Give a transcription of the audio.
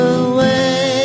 away